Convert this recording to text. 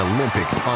Olympics